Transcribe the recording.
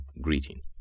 Greeting